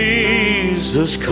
Jesus